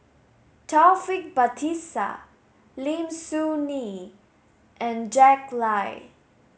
Taufik Batisah Lim Soo Ngee and Jack Lai